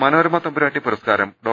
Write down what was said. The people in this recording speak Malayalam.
മനോരമ തമ്പുരാട്ടി പുരസ്കാരം ഡോ